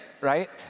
right